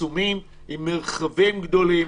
עם מרחבים גדולים.